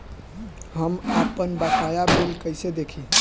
हम आपनबकाया बिल कइसे देखि?